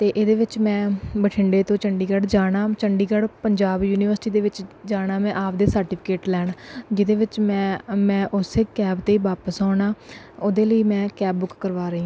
ਅਤੇ ਇਹਦੇ ਵਿੱਚ ਮੈਂ ਬਠਿੰਡੇ ਤੋਂ ਚੰਡੀਗੜ੍ਹ ਜਾਣਾ ਚੰਡੀਗੜ੍ਹ ਪੰਜਾਬ ਯੂਨੀਵਰਸਿਟੀ ਦੇ ਵਿੱਚ ਜਾਣਾ ਮੈਂ ਆਪਦੇ ਸਰਟੀਫਿਕੇਟ ਲੈਣ ਜਿਹਦੇ ਵਿੱਚ ਮੈਂ ਮੈਂ ਉਸੇ ਕੈਬ 'ਤੇ ਵਾਪਸ ਆਉਣਾ ਉਹਦੇ ਲਈ ਮੈਂ ਕੈਬ ਬੁੱਕ ਕਰਵਾ ਰਹੀ